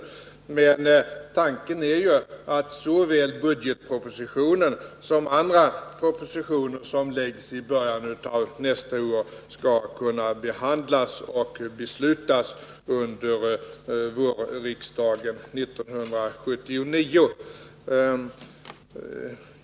Men tanken är ju att såväl budgetpropositionen som andra propositioner som läggs fram i början av nästa år skall behandlas och bli föremål för beslut under vårriksdagen 1979.